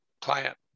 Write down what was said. client